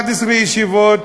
11 הישיבות,